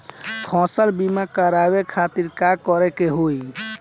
फसल बीमा करवाए खातिर का करे के होई?